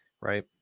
right